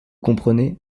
comprenez